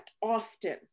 often